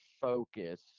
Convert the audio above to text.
focus